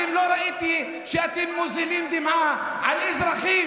אני לא ראיתי שאתם מזילים דמעה על אזרחים.